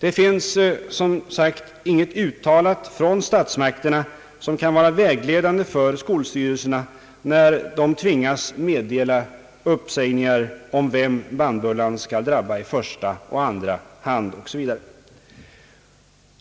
Det finns, som sagt, inget uttalat från statsmakterna som kan vara vägledande för skolstyrelserna när dessa tvingas meddela uppsägningar om vem bannbullan skall drabba i första och andra hand.